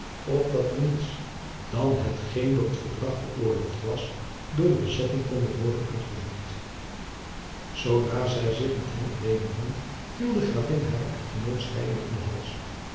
opdat er niets dan hetgeen door het verdrag veroorloofd was door de bezetting konde worden uitgevoerd jacob van lennep de pleegzoon zoodra zij zich met hem alleen bevond viel de gravin haren echtgenoot schreiende om den